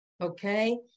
okay